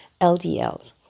LDLs